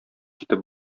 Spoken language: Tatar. китеп